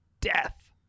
death